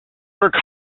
work